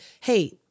hey